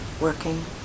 working